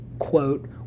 Quote